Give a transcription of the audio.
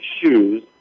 shoes